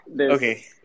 Okay